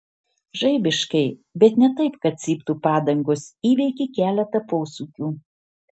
žaibiškai bet ne taip kad cyptų padangos įveikė keletą posūkių